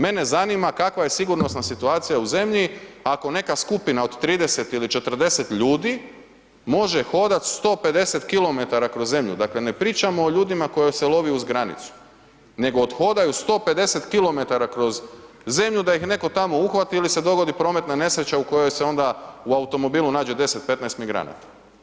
Mene zanima kakva je sigurnosna situacija u zemlji ako neka skupina od 30 ili 40 ljudi može hodat 150 km kroz zemlju, dakle ne pričamo o ljudima koje se lovi uz granicu nego othodaju 150 km kroz zemlju da ih netko tamo uhvati ili se dogodi prometna nesreća u kojoj se onda u automobilu nađe 10, 15 migranata.